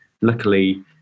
Luckily